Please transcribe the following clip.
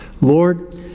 Lord